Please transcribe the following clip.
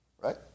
Right